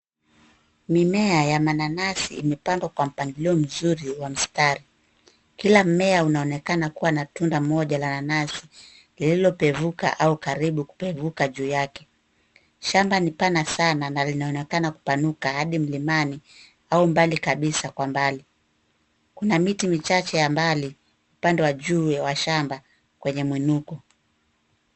Mimea ya mananasi imepandwa kwa mpangilio mzuri wa mstari. Kila mmea unaonekana kuwa na tunda moja la nanasi, lililopevuka au karibu kupevuka juu yake. Shamba ni pana sana na linaonekana kupanuka hadi mlimani, au mbali kabisa kwa mbali. Kuna miti michache ya mbali, upande wa juu wa shamba, kwenye mwinuko.